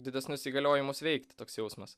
didesnius įgaliojimus veikti toks jausmas